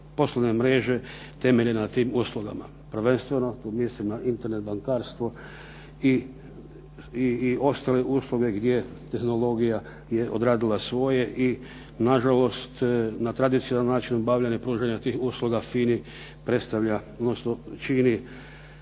poslovne mreže temeljene na tim uslugama. Prvenstveno, tu mislim na Internet bankarstvo i ostale usluge gdje tehnologija je odradila svoje i na žalost na tradicionalan način obavljanja tih usluga FINA-i